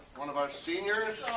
one of our seniors.